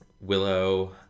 Willow